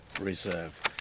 Reserve